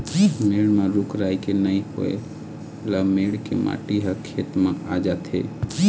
मेड़ म रूख राई के नइ होए ल मेड़ के माटी ह खेत म आ जाथे